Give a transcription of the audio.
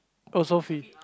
oh so free